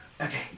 Okay